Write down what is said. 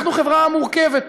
אנחנו חברה מורכבת.